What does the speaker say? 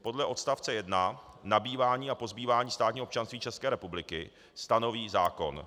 Podle odst. 1 nabývání a pozbývání státního občanství České republiky stanoví zákon.